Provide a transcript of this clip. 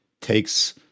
takes